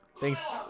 Thanks